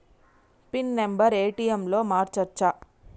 Pin number ATM లో మార్చచ్చా?